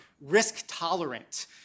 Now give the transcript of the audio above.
risk-tolerant